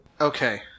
Okay